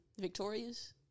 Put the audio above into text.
Victorious